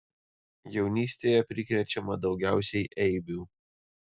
jaunystėje prikrečiama daugiausiai eibių